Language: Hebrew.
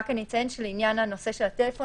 אני רק אציין שלעניין הנושא של הטלפון,